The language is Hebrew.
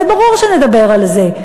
זה ברור שנדבר על זה.